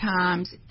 times